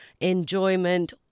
enjoyment